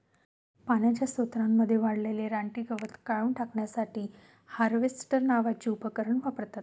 पाण्याच्या स्त्रोतांमध्ये वाढलेले रानटी गवत काढून टाकण्यासाठी हार्वेस्टर नावाचे उपकरण वापरतात